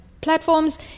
platforms